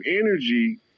energy